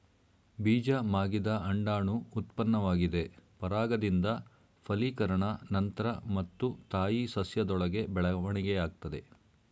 ಬೀಜ ಮಾಗಿದ ಅಂಡಾಣು ಉತ್ಪನ್ನವಾಗಿದೆ ಪರಾಗದಿಂದ ಫಲೀಕರಣ ನಂತ್ರ ಮತ್ತು ತಾಯಿ ಸಸ್ಯದೊಳಗೆ ಬೆಳವಣಿಗೆಯಾಗ್ತದೆ